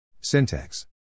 Syntax